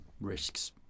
risks